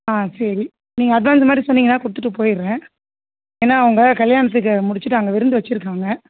ஆ சரி நீங்கள் அட்வான்ஸ் மாரி சொன்னிங்கன்னா கொடுத்துட்டு போயிருவேன் ஏன்னா அவங்க கல்யாணத்துக்கு முடிச்சிவிட்டு அங்கே விருந்து வச்சுருக்காங்க